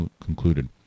concluded